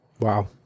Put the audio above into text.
Wow